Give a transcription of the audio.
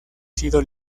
sido